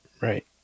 Right